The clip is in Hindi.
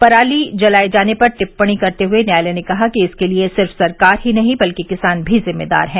पराली जलाये जाने पर टिपणी करते हुए न्यायालय ने कहा कि इसके लिए सिर्फ सरकार ही नहीं बल्कि किसान भी जिम्मेदार हैं